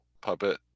puppet